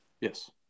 Yes